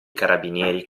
carabinieri